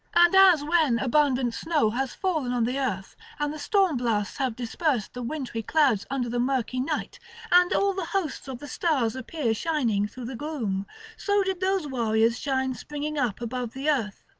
and as when abundant snow has fallen on the earth and the storm blasts have dispersed the wintry clouds under the murky night and all the hosts of the stars appear shining through the gloom so did those warriors shine springing up above the earth.